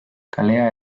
kalea